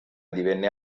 divenne